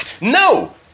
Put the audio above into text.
no